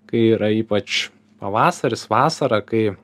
kai yra ypač pavasaris vasara kai